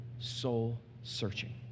soul-searching